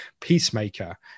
peacemaker